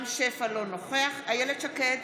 אינו נוכח אילת שקד,